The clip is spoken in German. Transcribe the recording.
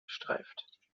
gestreift